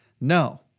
No